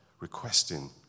requesting